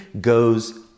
goes